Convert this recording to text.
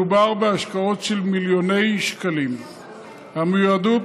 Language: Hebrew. מדובר בהשקעות של מיליוני שקלים המיועדות